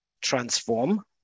transform